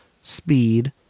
Speed